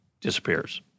disappears